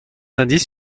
indices